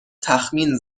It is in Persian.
تخمین